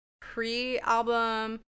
pre-album